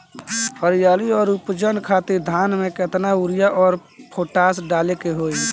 हरियाली और उपज खातिर धान में केतना यूरिया और पोटाश डाले के होई?